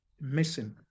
missing